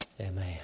Amen